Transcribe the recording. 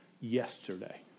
yesterday